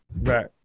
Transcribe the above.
Right